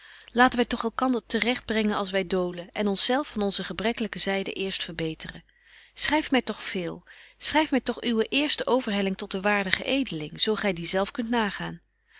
laten wy toch elkander te recht brengen als wy dolen en ons zelf van onze gebrekkelyke zyde eerst verbeteren schryf my toch veel schryf my toch uwe eerste overhelling tot den waardigen edeling zo gy die zelf kunt nagaan